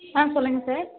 ஆ சொல்லுங்கள் சார்